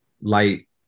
light